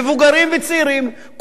מבוגרים וצעירים,